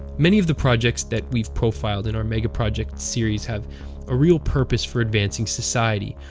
many of the projects that we've profiled in our megaprojects series have a real purpose for advancing society,